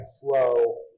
slow